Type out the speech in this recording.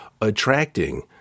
attracting